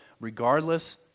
regardless